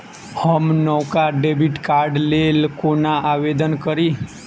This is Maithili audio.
हम नवका डेबिट कार्डक लेल कोना आवेदन करी?